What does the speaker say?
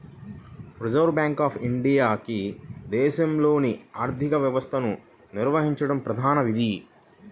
reserve bank of ఇండియాకి దేశంలోని ఆర్థిక వ్యవస్థను నిర్వహించడం ప్రధాన విధి